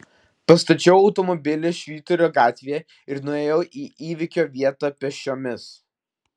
pastačiau automobilį švyturio gatvėje ir nuėjau į įvykio vietą pėsčiomis